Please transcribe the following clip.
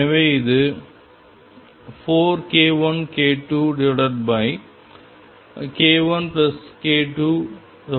எனவே இது 4k1k2 k1k22 ஆக இருக்கும்